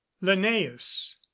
linnaeus